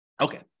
okay